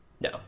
No